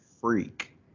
freak